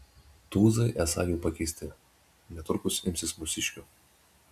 tūzai esą jau pakeisti netrukus imsis mūsiškių